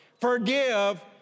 Forgive